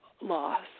loss